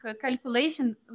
calculation